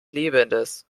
lebendes